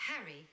Harry